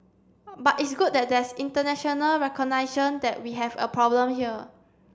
but it's good that there's international recognition that we have a problem here